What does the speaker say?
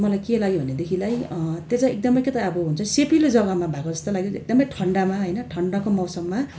मलाई के लाग्यो भनेदेखिलाई त्यो चाहिँ एकदमै के त अब हुन्छ सेपिलो जगामा भएको जस्तो लाग्यो त्यो एकदमै ठन्डामा होइन ठन्डाको मौसममा